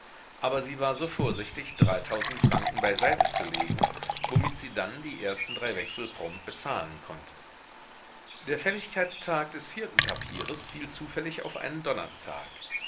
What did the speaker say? aber sie war so vorsichtig dreitausend franken beiseite zu legen womit sie dann die ersten drei wechsel prompt bezahlen konnte der fälligkeitstag des vierten papieres fiel zufällig auf einen donnerstag